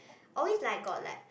always like got like